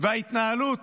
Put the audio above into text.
וההתנהלות